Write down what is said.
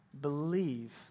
believe